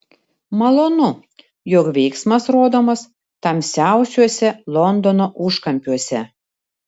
malonu jog veiksmas rodomas tamsiausiuose londono užkampiuose